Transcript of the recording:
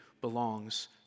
belongs